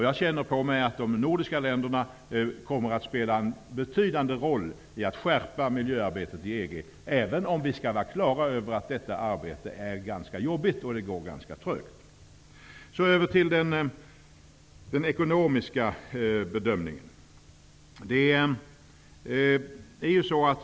Jag känner på mig att de nordiska länderna kommer att spela en betydande roll i fråga om att skärpa miljöarbetet i EG -- även om vi skall vara klara över att detta arbete är ganska jobbigt och går ganska trögt. Så går jag över till den ekonomiska bedömningen.